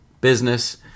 business